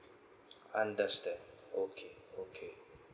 understand okay okay